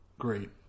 Great